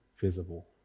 visible